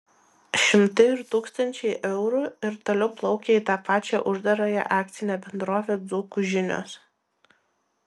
šimtai ir tūkstančiai eurų ir toliau plaukia į tą pačią uždarąją akcinę bendrovę dzūkų žinios